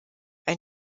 ein